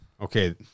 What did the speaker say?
Okay